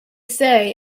say